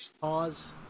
Pause